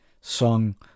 song